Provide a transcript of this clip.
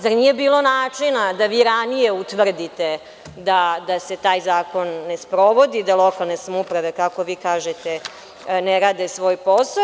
Zar nije bilo načina da vi ranije utvrdite da se taj zakon ne sprovodi, da lokalne samouprave, kako vi kažete, ne rade svoj posao.